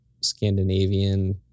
Scandinavian